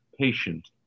patient